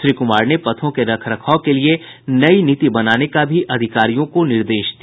श्री कुमार ने पथों के रख रखाव के लिये नई नीति बनाने का भी अधिकारियों को निर्देश दिया